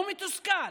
הוא מתוסכל,